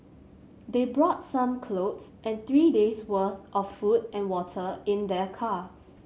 they brought some clothes and three days' worth of food and water in their car